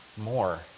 more